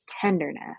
tenderness